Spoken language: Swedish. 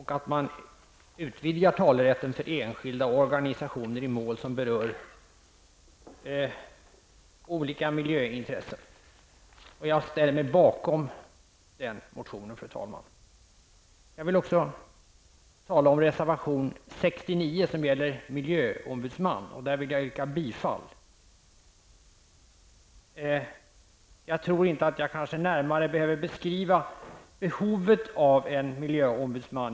Man bör utvidga talerätten för enskilda och organisationer i mål som berör olika miljöintressen. Jag ställer mig bakom den reservationen, fru talman! Jag vill också tala om reservation 69, som gäller en miljöombudsman. Där vill jag yrka bifall. Jag tror inte att jag närmare behöver beskriva behovet av en miljöombudsman.